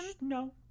No